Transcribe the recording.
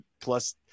plus